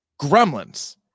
gremlins